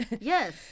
Yes